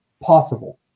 possible